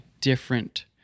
different